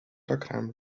dakraam